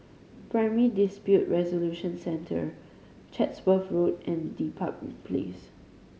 Primary Dispute Resolution Centre Chatsworth Road and Dedap Place